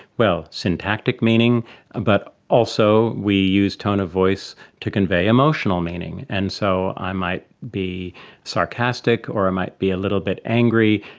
well, syntactic meaning ah but also we use tone of voice to convey emotional meaning, and so i might be sarcastic or i might be a little bit angry,